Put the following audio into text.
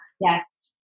Yes